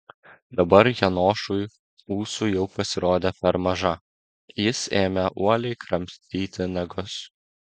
dabar janošui ūsų jau pasirodė per maža jis ėmė uoliai kramtyti nagus